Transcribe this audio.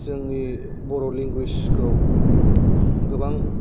जोंनि बर' लेंगुवेज खौ गोबां